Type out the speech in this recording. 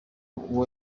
uwo